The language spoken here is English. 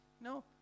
No